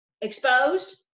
exposed